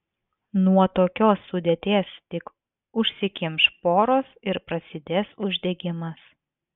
nuo tokios sudėties tik užsikimš poros ir prasidės uždegimas